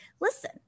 Listen